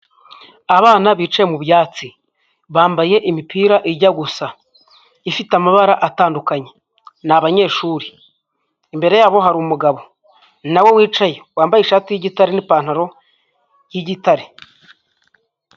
Abana bicaye mu byatsi, bambaye imipira ijya gusa, ifite amabara atandukanye, n'abanyeshuri, imbere yabo hari umugabo nawe wicaye wambaye ishati y'igitare n'ipantaro y'igitare.